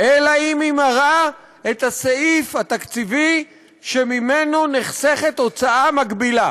אלא אם כן היא מראה את הסעיף התקציבי שממנו נחסכת הוצאה מקבילה.